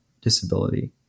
disability